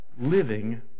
living